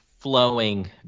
flowing